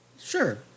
Sure